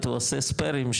הוא עושה ספרים,